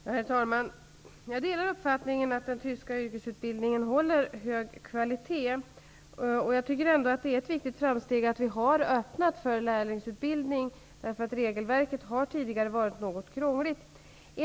Herr talman! Jag delar uppfattningen att den tyska yrkesutbildningen håller hög kvalitet. Jag tycker ändå att det är ett viktigt framsteg att vi har öppnat möjligheterna för lärlingsutbildning. Regelverket har tidigare varit något krångligt.